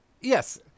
yes